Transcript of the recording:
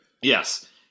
Yes